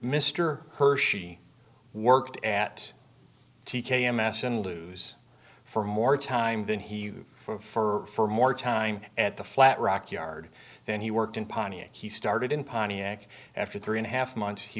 mr hershey worked at t k m s and lose for more time than he for more time at the flat rock yard then he worked in pontiac he started in pontiac after three and a half months he